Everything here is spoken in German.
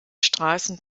straßen